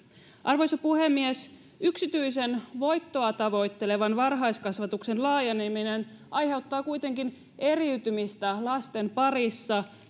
arvoisa puhemies yksityisen voittoa tavoittelevan varhaiskasvatuksen laajeneminen aiheuttaa kuitenkin eriytymistä lasten parissa